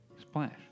Splash